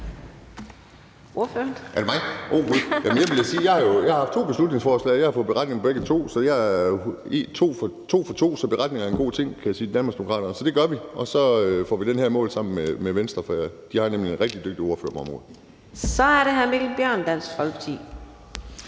Så er det hr. Mikkel Bjørn, Dansk Folkeparti.